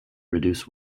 reduce